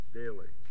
daily